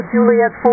Juliet